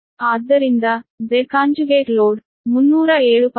ಆದ್ದರಿಂದ Z 307